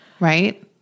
Right